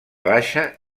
baixa